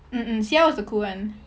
mm mm C_L was the cool one